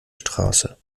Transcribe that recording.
straße